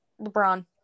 LeBron